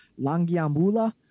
Langiambula